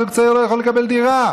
זוג צעיר לא יכול לקבל דירה.